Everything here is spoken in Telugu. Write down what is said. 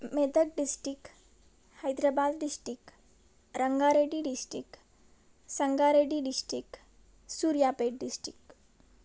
Medak district Hyderabad district Rangareddy district Sangareddy district Suryapet district